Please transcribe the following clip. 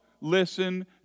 listen